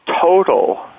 total